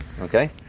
Okay